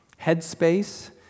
Headspace